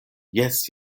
jes